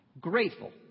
grateful